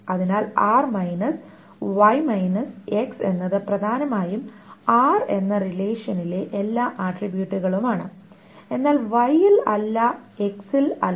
അതിനാൽ എന്നത് പ്രധാനമായും R എന്ന റിലേഷനിലെ എല്ലാ ആട്രിബ്യൂട്ടുകളുമാണ് എന്നാൽ Y ൽ അല്ല X ൽ അല്ല